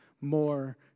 more